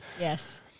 Yes